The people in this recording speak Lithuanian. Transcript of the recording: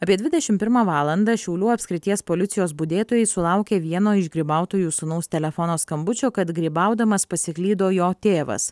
apie dvidešim pirmą valandą šiaulių apskrities policijos budėtojai sulaukė vieno iš grybautojų sūnaus telefono skambučio kad grybaudamas pasiklydo jo tėvas